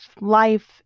life